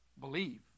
believe